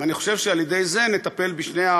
אני חושב שעל ידי זה נטפל בשני,